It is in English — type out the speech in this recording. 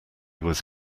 was